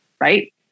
right